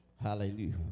Hallelujah